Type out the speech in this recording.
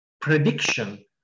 prediction